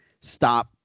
stop